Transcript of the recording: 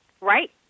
Right